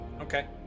Okay